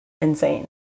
insane